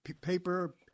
paper